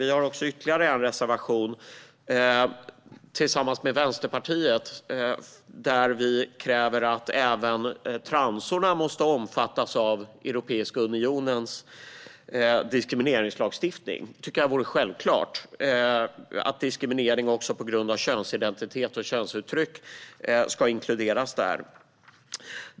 Vi har ytterligare en reservation, tillsammans med Vänsterpartiet, där vi kräver att även transorna måste omfattas av Europeiska unionens diskrimineringslagstiftning. Jag tycker att det borde vara självklart att diskriminering på grund av könsidentitet och könsuttryck ska inkluderas där.